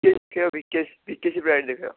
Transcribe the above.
ଭି K C V K C pride ଦେଖେଇବ